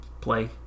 play